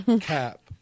cap